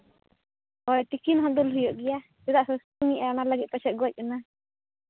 ᱦᱳᱭ ᱛᱤᱠᱤᱱ ᱦᱚᱸ ᱫᱩᱞ ᱦᱩᱭᱩᱜ ᱜᱮᱭᱟ ᱪᱮᱫᱟᱜ ᱥᱮ ᱥᱮᱛᱳᱝ ᱮᱜᱼᱟᱭ ᱚᱱᱟ ᱞᱟᱹᱜᱤᱫ ᱯᱟᱥᱮᱡ ᱜᱚᱡ ᱮᱱᱟ